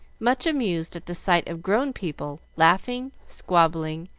much amused at the sight of grown people laughing, squabbling,